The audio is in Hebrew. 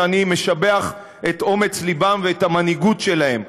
שאני משבח את אומץ ליבם ואת המנהיגות שלהם,